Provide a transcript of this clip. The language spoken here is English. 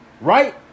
Right